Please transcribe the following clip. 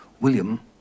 william